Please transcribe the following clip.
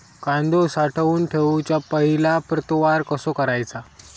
कांदो साठवून ठेवुच्या पहिला प्रतवार कसो करायचा?